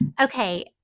Okay